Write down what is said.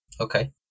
Okay